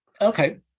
okay